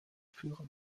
führen